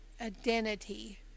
identity